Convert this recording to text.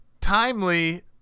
timely